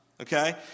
Okay